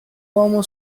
uomo